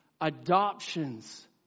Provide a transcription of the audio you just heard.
adoptions